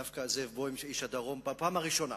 דווקא זאב בוים, איש הדרום, בפעם הראשונה